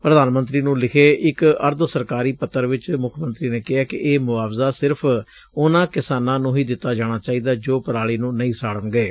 ਪ੍ਰਧਾਨ ਮੰਤਰੀ ਨੂੰ ਲਿਖੇ ਇਕ ਅਰਧ ਸਰਕਾਰੀ ਪੱਤਰ ਵਿੱਚ ਮੁੱਖ ਮੰਤਰੀ ਨੇ ਕਿਹੈ ਕਿ ਇਹ ਮੁਆਵਜ਼ਾ ਸਿਰਫ਼ ਉਨ੍ਪਾਂ ਕਿਸਾਨਾਂ ਨੂੰ ਹੀ ਦਿੱਤਾ ਜਾਣਾ ਚਾਹੀਦੈ ਜੋ ਪਰਾਲੀ ਨੂੰ ਨਹੀ ਸਾੜਣਗੇ